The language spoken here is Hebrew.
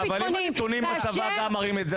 אבל אם הנתונים בצבא גם מראים את זה,